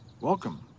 welcome